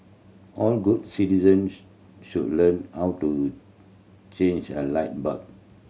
all good citizens should learn how to change a light bulb